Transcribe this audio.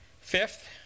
fifth